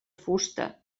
fusta